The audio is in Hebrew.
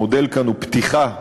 המודל כאן הוא פתיחה-סגירה,